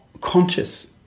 conscious